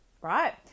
right